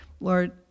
Lord